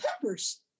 Peppers